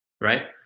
right